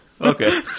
Okay